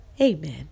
amen